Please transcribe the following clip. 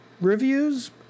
reviews